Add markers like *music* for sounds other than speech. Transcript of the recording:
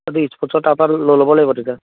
*unintelligible* স্পৰ্টছৰ তাৰ পৰা লৈ ল'ব লাগিব তেতিয়া